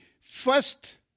first